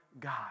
God